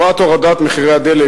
תמורת הורדת מחירי הדלק,